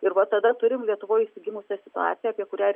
ir va tada turim lietuvoje išsigimusią situaciją apie kurią